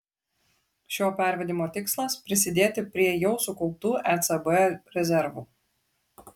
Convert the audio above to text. šio pervedimo tikslas prisidėti prie jau sukauptų ecb rezervų